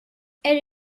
elle